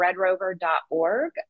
redrover.org